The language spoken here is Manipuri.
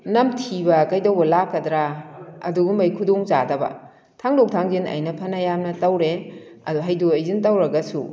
ꯅꯝꯊꯤꯕ ꯀꯩꯗꯧꯕ ꯂꯥꯛꯀꯗ꯭ꯔꯥ ꯑꯗꯨꯒꯨꯝꯕꯩ ꯈꯨꯗꯣꯡ ꯆꯥꯗꯕ ꯊꯥꯡꯗꯣꯛ ꯊꯥꯡꯖꯤꯟ ꯑꯩꯅ ꯐꯅꯌꯥꯝꯅ ꯇꯧꯔꯦ ꯑꯗꯣ ꯍꯩꯗꯣꯛ ꯍꯩꯖꯤꯟ ꯇꯧꯔꯒꯁꯨ